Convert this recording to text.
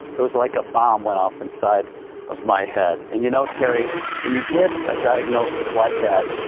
it is like a bomb went off inside of my head. and you know terry when you get a diagnosis like that,